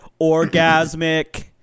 orgasmic